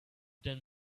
them